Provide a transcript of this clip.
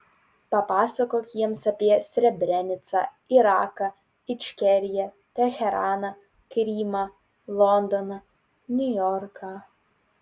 papasakok jiems apie srebrenicą iraką ičkeriją teheraną krymą londoną niujorką